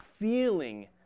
feeling